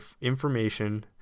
information